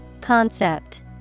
Concept